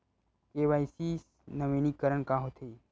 KYC नवीनीकरण का होथे?